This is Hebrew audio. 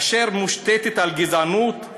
אשר מושתתת על גזענות?